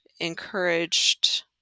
encouraged